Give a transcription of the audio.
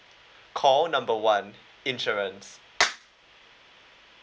call number one insurance